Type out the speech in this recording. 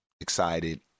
excited